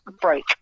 break